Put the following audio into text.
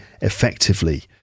effectively